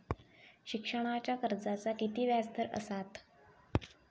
शिक्षणाच्या कर्जाचा किती व्याजदर असात?